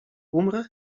umrę